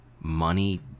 money